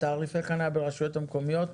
תעריפי חנייה ברשויות המקומיות.